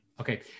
Okay